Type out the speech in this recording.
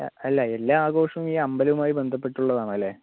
അല്ല എല്ലാ ആഘോഷവും ഈ അമ്പലവുമായി ബന്ധപ്പെട്ടിട്ടുള്ളതാണല്ലേ